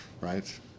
right